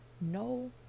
No